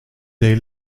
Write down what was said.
they